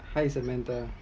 hi samantha